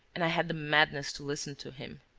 and i had the madness to listen to him.